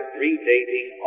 redating